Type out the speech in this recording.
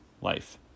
life